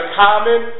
common